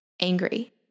angry